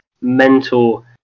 mental